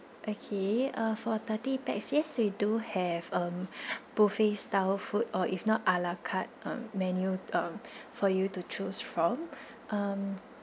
okay uh for thirty pax yes we do have um buffet style food or if not a la carte um menu uh for you to choose from um